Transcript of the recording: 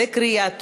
בקריאה טרומית.